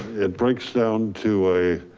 it breaks down to a,